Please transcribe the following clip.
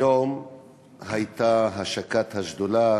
היום הייתה השקה של השדולה